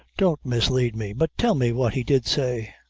don't mislead me, but tell me what he did say.